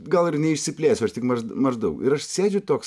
gal ir neišsiplėsiu aš tik maž maždaug ir aš sėdžiu toks